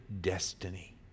destiny